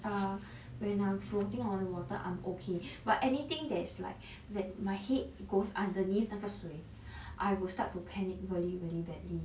err when I'm floating on water I'm okay but anything that is like that my head goes underneath 那个水 I will start to panic really really badly